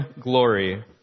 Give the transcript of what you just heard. glory